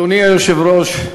אדוני היושב-ראש,